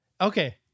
Okay